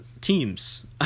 teams